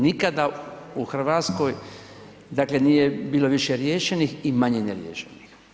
Nikada u Hrvatskoj dakle nije bilo više riješenih i manje neriješenih.